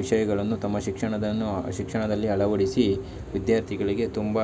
ವಿಷಯಗಳನ್ನು ತಮ್ಮ ಶಿಕ್ಷಣವನ್ನು ಶಿಕ್ಷಣದಲ್ಲಿ ಅಳವಡಿಸಿ ವಿದ್ಯಾರ್ಥಿಗಳಿಗೆ ತುಂಬ